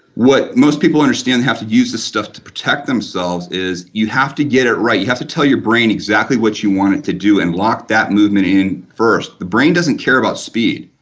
what most people understand how to use this stuff to protect themselves is you have to get it right. you have to tell your brain exactly what you want it to do and lock that movement in first. the brain doesn't care about speed.